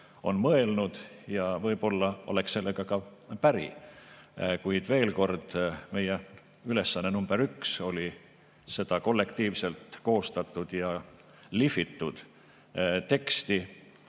on mõelnud ja võib-olla oleks sellega ka päri. Kuid veel kord: meie ülesanne number üks oli, et see kollektiivselt koostatud ja lihvitud tekst